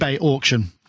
auction